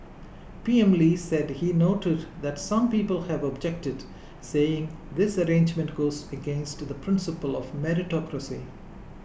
P M Lee said he noted that some people have objected saying this arrangement goes against the principle of meritocracy